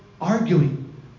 arguing